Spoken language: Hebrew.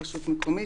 רשות מקומית